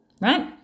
right